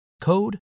code